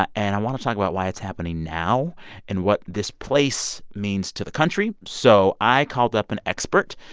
ah and i want to talk about why it's happening now and what this place means to the country so i called up an expert.